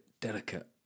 delicate